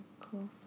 cool